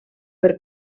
per